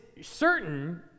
certain